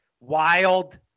wild